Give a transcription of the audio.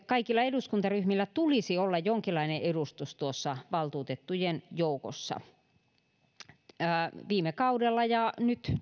kaikilla eduskuntaryhmillä tulisi olla jonkinlainen edustus tuossa valtuutettujen joukossa viime kaudella ja näin on nyt